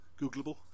Googleable